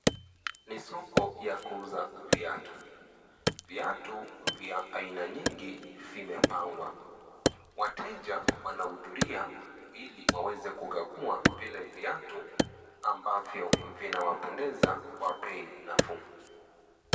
Ni soko ya kuuza viatu, viatu vya aina nyingi vimepangwa. Wateja wanahudhuria ili waweze kugagua vile viatu ambavyo vinawapendeza kwa bei nafuu.